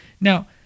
Now